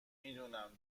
میدونم